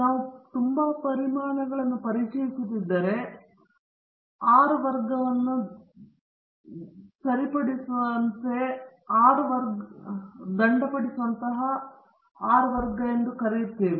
ನಾವು ತುಂಬಾ ಪರಿಮಾಣಗಳನ್ನು ಪರಿಚಯಿಸುತ್ತಿದ್ದರೆ R ವರ್ಗವನ್ನು ದಂಡಪಡಿಸುವಂತಹ ನಾವು ಹೊಂದಿದ R ವರ್ಗ ಎಂದು ಕರೆಯುತ್ತೇವೆ